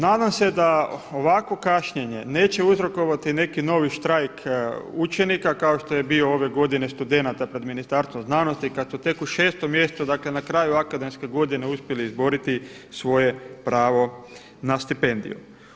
Nadam se da ovakvo kašnjenje neće uzrokovati neki novi štrajk učenika kao što je bio ove godine studenata pred Ministarstvom znanosti, kad su tek u 6. mjesecu, dakle na kraju akademske godine uspjeli izboriti svoje pravo na stipendiju.